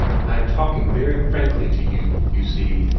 i am talking very frankly to you, you see.